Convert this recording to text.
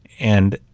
and